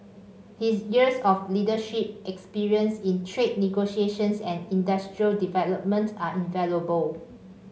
his years of leadership experience in trade negotiations and industrial development are invaluable